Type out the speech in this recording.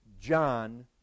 John